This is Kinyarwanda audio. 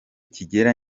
kigera